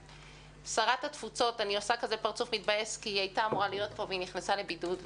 שרת התפוצות הייתה אמורה להיות פה והיא נכנסה לבידוד,